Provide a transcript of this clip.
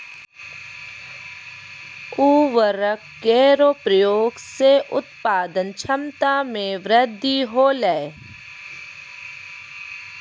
उर्वरक केरो प्रयोग सें उत्पादन क्षमता मे वृद्धि होलय